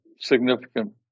significant